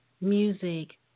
music